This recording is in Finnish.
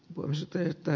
lumisateita